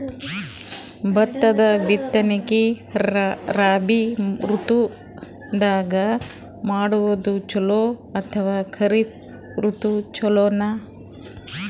ಭತ್ತದ ಬಿತ್ತನಕಿ ರಾಬಿ ಋತು ದಾಗ ಮಾಡೋದು ಚಲೋನ ಅಥವಾ ಖರೀಫ್ ಋತು ಚಲೋನ?